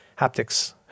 haptics